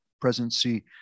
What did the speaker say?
presidency